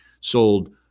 sold